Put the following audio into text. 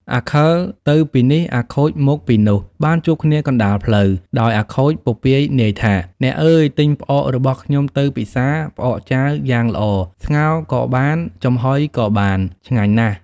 អាខិលទៅពីនេះ អាខូចមកពីនោះបានជួបគ្នាកណ្ដាលផ្លូវ ដោយអាខូចពពាយនាយថា“អ្នកអើយទិញផ្អករបស់ខ្ញុំទៅពិសារផ្អកចាវយ៉ាងល្អស្ងោរក៏បានចំហុយក៏បានឆ្ងាញ់ណាស់។